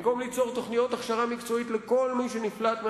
במקום ליצור תוכניות הכשרה מקצועית לכל מי שנפלט מעבודתו,